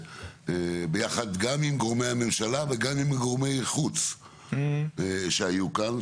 יחד עם גורמי הממשלה ועם גורמי החוץ שהיו כאן.